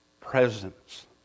presence